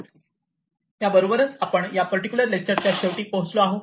याबरोबरच आपण या पर्टिक्युलर लेक्चरच्या शेवटी पोहोचलो आहोत